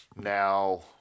Now